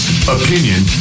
Opinion